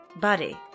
Buddy